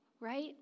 right